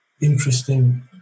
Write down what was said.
interesting